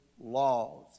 laws